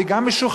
והיא גם משוחדת.